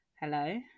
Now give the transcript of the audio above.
Hello